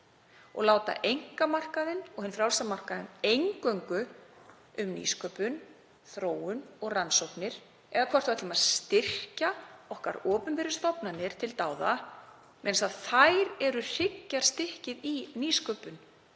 og láta einkamarkaðinn og hinn frjálsa markað eingöngu um nýsköpun, þróun og rannsóknir, eða hvort við ætlum að styrkja okkar opinberu stofnanir til dáða vegna þess að þær eru hryggjarstykkið í nýsköpun,